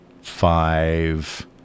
five